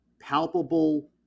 palpable